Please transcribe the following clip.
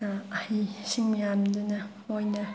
ꯑꯍꯩ ꯑꯁꯤꯡ ꯃꯌꯥꯝꯗꯨꯅ ꯃꯣꯏꯅ